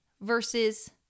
versus